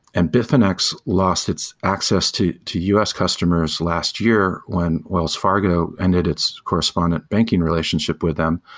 and bitfinex lost its access to to us customers last year when wells fargo ended its correspondent banking relationship with them,